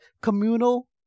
communal